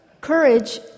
Courage